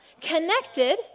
connected